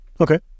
Okay